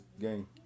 game